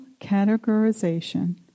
categorization